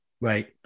Right